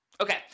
Okay